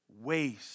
waste